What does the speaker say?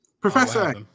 Professor